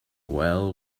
well